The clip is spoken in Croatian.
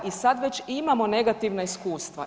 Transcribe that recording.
I sad već imamo negativna iskustva.